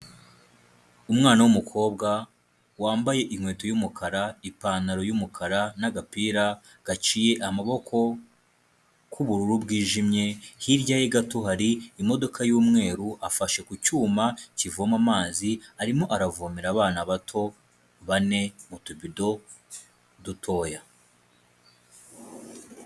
Umwana w'umukobwa wambaye inkweto y'umukara, ipantaro y'umukara, n'agapira gaciye amaboko k'ubururu bwijimye, hirya ye gato hari imodoka y'umweru, afashe ku cyuma kivoma amazi, arimo aravomera abana bato bane, mu tubido dutoya.